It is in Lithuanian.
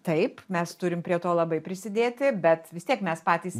taip mes turim prie to labai prisidėti bet vis tiek mes patys